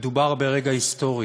מדובר ברגע היסטורי,